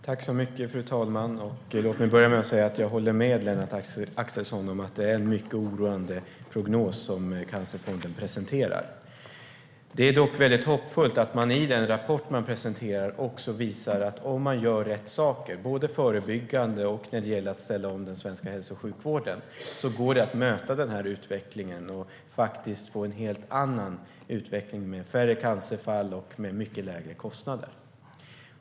Fru talman! Låt mig börja med att säga att jag håller med Lennart Axelsson om att det är en mycket oroande prognos som Cancerfonden presenterar. Det är dock väldigt hoppfullt att de i den rapport de presenterar visar att om man gör rätt saker både förebyggande och när det gäller att ställa om den svenska hälso och sjukvården går det att möta utvecklingen och få en helt annan utveckling med färre cancerfall och mycket lägre kostnader.